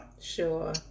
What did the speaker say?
sure